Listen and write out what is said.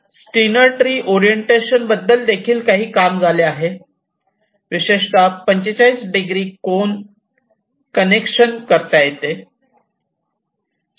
Steiner tree orientation बद्दल काही काम देखील झाले आहे विशेषतः 45 डिग्री कोन कनेक्शन करता येते